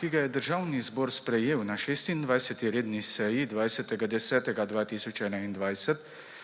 ki ga je Državni zbor sprejel na 26. redni seji 20. 10. 2021